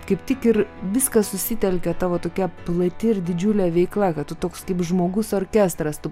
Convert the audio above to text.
kaip tik ir viskas susitelkia tavo tokia plati ir didžiulė veikla kad tu toks kaip žmogus orkestras tu